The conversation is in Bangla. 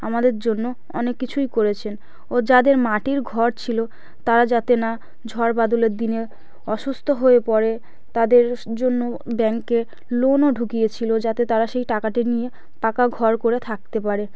আমাদের জন্য অনেক কিছুই করেছেন ও যাদের মাটির ঘর ছিল তারা যাতে না ঝড় বাদলের দিনে অসুস্থ হয়ে পড়ে তাদের জন্য ব্যাংকে লোনও ঢুকিয়েছিল যাতে তারা সেই টাকাটি নিয়ে পাকা ঘর করে থাকতে পারে